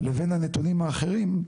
לבין הנתונים האחרים,